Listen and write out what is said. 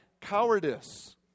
cowardice